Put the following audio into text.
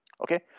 Okay